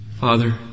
Father